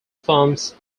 farms